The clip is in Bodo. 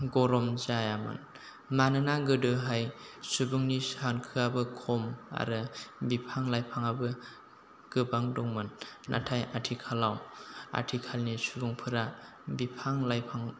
गरम जायामोन मानोना गोदोहाय सुबुंनि सानखोआबो खम आरो बिफां लाइफाङाबो गोबां दंमोन नाथाय आथिखालाव आथिखालनि सुबुंफ्रा बिफां लाइफां